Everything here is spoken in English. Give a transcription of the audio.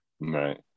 right